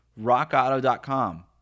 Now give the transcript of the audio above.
rockauto.com